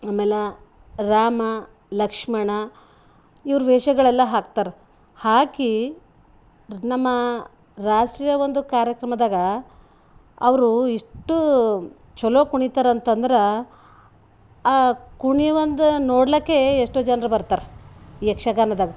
ಆಮೇಲೆ ರಾಮ ಲಕ್ಷ್ಮಣ ಇವರ ವೇಷಗಳೆಲ್ಲ ಹಾಕ್ತಾರೆ ಹಾಕಿ ನಮ್ಮ ರಾಷ್ಟೀಯ ಒಂದು ಕಾರ್ಯಕ್ರಮದಾಗ ಅವರು ಇಷ್ಟು ಚಲೋ ಕುಣಿತಾರಂತಂದ್ರೆ ಆ ಕುಣಿವೊಂದ ನೋಡ್ಲಿಕ್ಕೆ ಎಷ್ಟೋ ಜನರು ಬರ್ತಾರೆ ಈ ಯಕ್ಷಗಾನದಾಗ